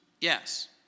Yes